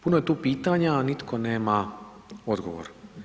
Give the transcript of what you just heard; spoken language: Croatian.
Puno je tu pitanja, a nitko nema odgovor.